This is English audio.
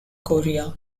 korea